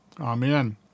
Amen